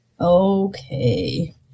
Okay